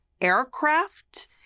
aircraft